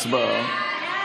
הצבעה.